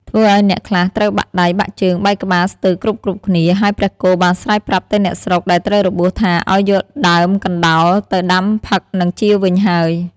ធ្វើឲ្យអ្នកខ្លះត្រូវបាក់ដៃ បាក់ជើង បែកក្បាលស្ទើរគ្រប់ៗគ្នា ហើយព្រះគោបានស្រែកប្រាប់ទៅអ្នកស្រុកដែលត្រូវរបួសថាឲ្យយកដើមកណ្ដោលទៅដាំផឹកនឹងជាវិញហើយ ។